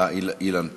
אילן פה.